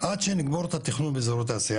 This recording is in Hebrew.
עד שנגמור את התכנון באזור התעשייה,